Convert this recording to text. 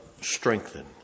strengthen